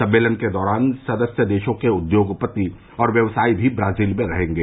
सम्मेलन के दौरान सदस्य देशों के उद्योगपति और व्यवसायी भी ब्राजील में रहेंगे